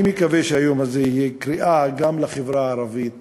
אני מקווה שהיום הזה יהיה קריאה גם לחברה הערבית